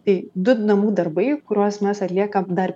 tai du namų darbai kuriuos mes atliekam dar